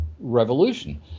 revolution